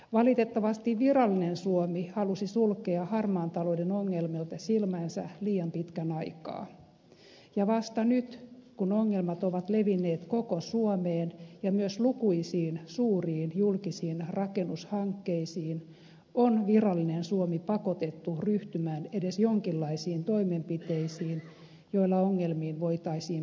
valitettavasti virallinen suomi halusi sulkea harmaan talouden ongelmilta silmänsä liian pitkän aikaa ja vasta nyt kun ongelmat ovat levinneet koko suomeen ja myös lukuisiin suuriin julkisiin rakennushankkeisiin on virallinen suomi pakotettu ryhtymään edes jonkinlaisiin toimenpiteisiin joilla ongelmiin voitaisiin puuttua